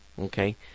okay